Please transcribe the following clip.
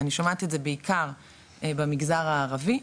אני שומעת את זה בעיקר במגזר הערבי,